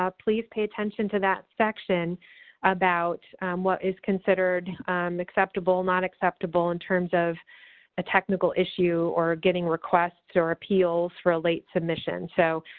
ah please pay attention to that section about what is considered acceptable, not acceptable in terms of a technical issue or getting requests or appeals for a late submission. so,